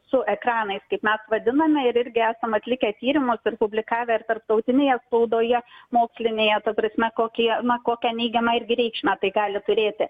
su ekranais kaip mes vadiname ir irgi esam atlikę tyrimus ir publikavę tarptautinėje spaudoje mokslinėje ta prasme kokie na kokią neigiamą irgi reikšmę tai gali turėti